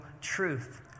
truth